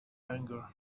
anger